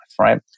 right